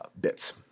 bits